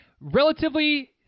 relatively